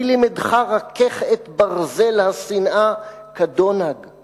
מי לימדך רכך את ברזל השנאה כדונג/